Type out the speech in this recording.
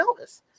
Elvis